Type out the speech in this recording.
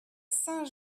saint